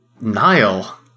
Nile